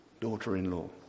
daughter-in-law